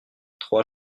trois